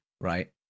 right